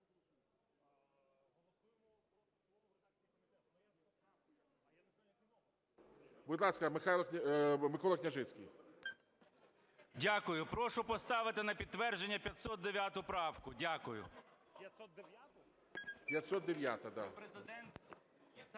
Дякую. Прошу поставити на підтвердження 509 правку. Дякую.